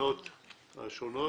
התקנות השונות,